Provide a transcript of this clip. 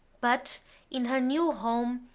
but in her new home,